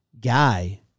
guy